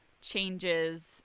changes